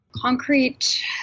Concrete